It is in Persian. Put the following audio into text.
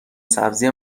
سبزی